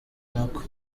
nako